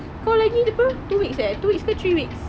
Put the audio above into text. kau lagi apa two weeks eh two weeks ke three weeks